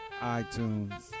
iTunes